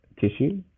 tissue